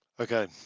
Okay